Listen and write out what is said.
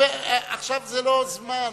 עכשיו זה לא זמן.